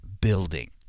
building